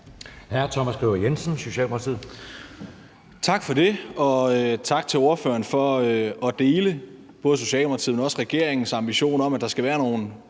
14:30 Thomas Skriver Jensen (S): Tak for det, og tak til ordføreren for at dele både Socialdemokratiets, men også regeringens ambition om, at der skal være nogle